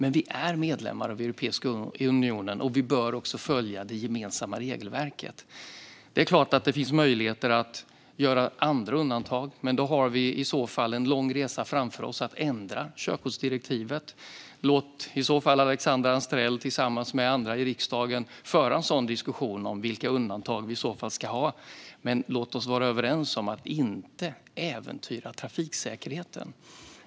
Vi är dock medlemmar av Europeiska unionen, och vi bör följa det gemensamma regelverket. Det är klart att det finns möjligheter att göra andra undantag, men då har vi i så fall en lång resa framför oss för att ändra körkortsdirektivet. Alexandra Anstrell skulle, tillsammans med andra i riksdagen, kunna föra en diskussion om vilka undantag vi i så fall ska ha. Men låt oss vara överens om att vi inte ska äventyra trafiksäkerheten!